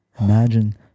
Imagine